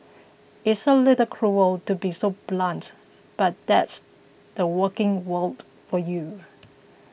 it's a little cruel to be so blunt but that's the working world for you